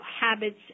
habits